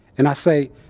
and i say,